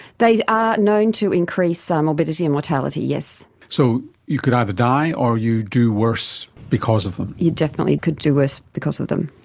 they are known to increase ah morbidity and mortality, yes. so you could either die or you do worse because of them. you definitely could do worse because of them.